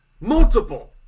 Multiple